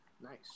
Nice